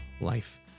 life